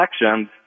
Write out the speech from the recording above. elections